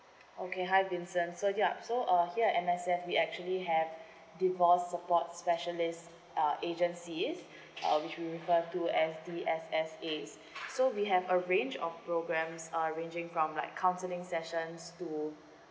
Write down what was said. okay hi vincent so yup so uh here M_S_F we actually have divorce support specialist uh agency uh which we refer to as D_S_S_A so we have a range of programmes uh ranging from like counselling sessions to